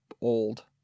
old